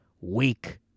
Weak